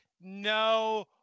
no